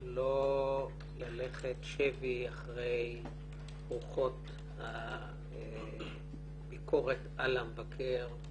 ולא ללכת שבי אחרי אורחות הביקורת על המבקר,